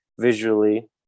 visually